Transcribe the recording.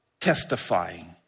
testifying